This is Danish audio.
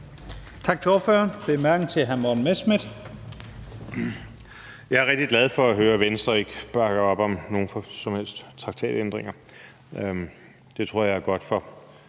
Kl. 14:48 Morten Messerschmidt (DF): Jeg er rigtig glad for høre, at Venstre ikke bakker op om nogen som helst traktatændringer. Det tror jeg er godt for